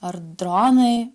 ar dronai